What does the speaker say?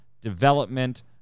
development